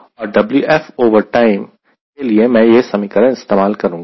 और Wf time के लिए मैं यह समीकरण इस्तेमाल करूंगा